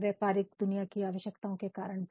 व्यापारिक दुनिया की आवश्यकताओं के कारण भी